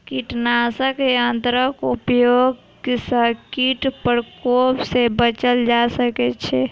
कीटनाशक आ यंत्रक उपयोग सॅ कीट प्रकोप सॅ बचल जा सकै छै